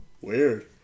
Weird